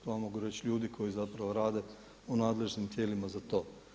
To vam mogu reći ljudi koji zapravo rade u nadležnim tijelima za to.